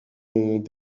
ont